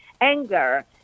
anger